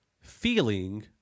feeling